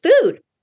Food